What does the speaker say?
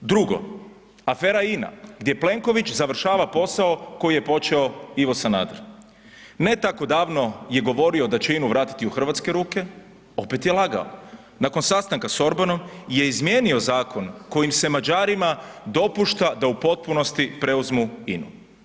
Drugo, afera INA gdje Plenković završava posao koji je počeo Ivo Sanader, ne tako davno je govorio da će INU vratiti u hrvatske ruke, opet je lagao, nakon sastanka s Orbanom je izmijenio zakon kojim se Mađarima dopušta da u potpunosti preuzmu INU.